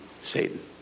Satan